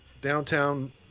downtown